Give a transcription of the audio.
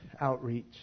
Outreach